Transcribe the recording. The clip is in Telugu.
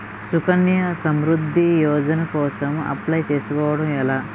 సుకన్య సమృద్ధి యోజన కోసం అప్లయ్ చేసుకోవడం ఎలా?